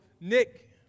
Nick